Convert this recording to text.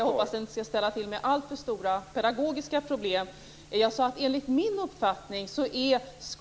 Herr talman!